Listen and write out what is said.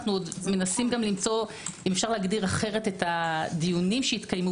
אנו מנסים למצוא גם אם ניתן להגדיר אחרת את הדיונים שיתקיימו